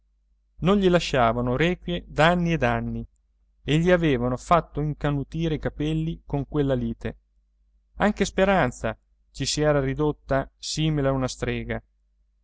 non gli lasciavano requie da anni ed anni e gli avevano fatto incanutire i capelli con quella lite anche speranza ci si era ridotta simile a una strega